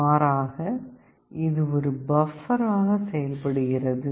மாறாக இது ஒரு பப்பராக செயல்படுகிறது